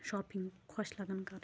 shopping خۄش لگان کَرٕنۍ